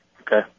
Okay